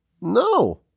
No